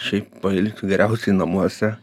šiaip pailsiu geriausiai namuose